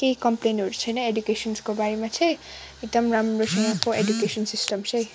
केही कम्पेल्नहरू छैन एडुकेसन्सको बारेमा चाहिँ एकदम राम्रो छ यहाँको एडुकेसन सिस्टम चाहिँ